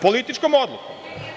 Političkom odlukom.